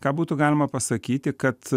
ką būtų galima pasakyti kad